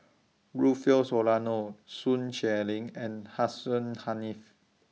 Rufill Soliano Sun Xueling and Hussein Haniff